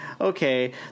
okay